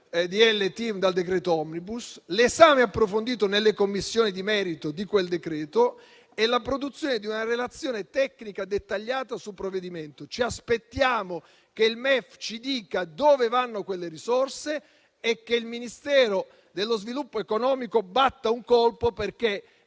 TIM dal decreto *omnibus*, l'esame approfondito nelle Commissioni di merito di quel decreto e la produzione di una relazione tecnica dettagliata sul provvedimento. Ci aspettiamo che il MEF ci dica dove vanno quelle risorse e che il Ministero dello sviluppo economico batta un colpo, perché